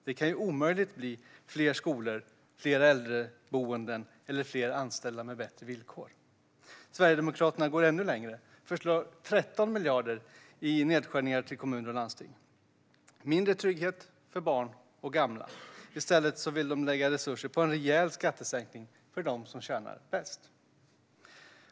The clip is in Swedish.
Det kan omöjligt bli fler skolor, fler äldreboenden eller fler anställda med bättre villkor. Sverigedemokraterna går ännu längre med 13 miljarder i nedskärningar till kommuner och landsting. Det blir mindre trygghet för barn och gamla. I stället vill de lägga resurser på en rejäl skattesänkning för dem som tjänar bäst.